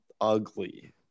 ugly